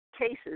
cases